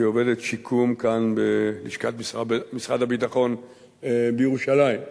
כעובדת שיקום, כאן במשרד הביטחון בירושלים.